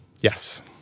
Yes